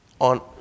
on